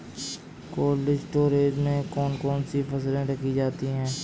Cold storage में कौन कौन सी फसलें रखी जाती हैं?